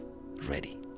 ready